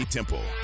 Temple